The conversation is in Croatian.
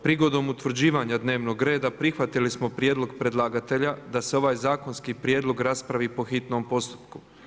Prigodom utvrđivanja dnevnog reda, prihvatili smo prijedlog predlagatelja, da se ovaj zakonski prijedlog raspravi po hitnom postupku.